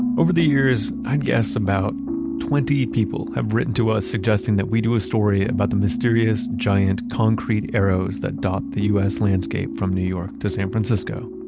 over the years, i'd guess about twenty people have written to us suggesting that we do a story about the mysterious giant concrete arrows that dot the u s. landscape from new york to san francisco.